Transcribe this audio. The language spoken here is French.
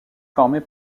formé